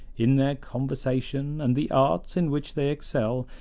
in their conversation and the arts in which they excel,